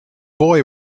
boy